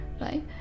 right